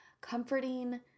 comforting